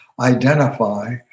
identify